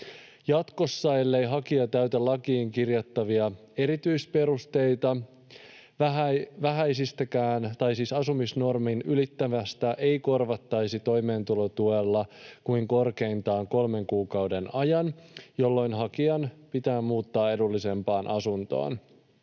Jatkossa, ellei hakija täytä lakiin kirjattavia erityisperusteita, asumisnormin ylitystä ei korvattaisi toimeentulotuella kuin korkeintaan kolmen kuukauden ajan, jolloin hakijan pitää muuttaa edullisempaan asuntoon.